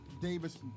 Davis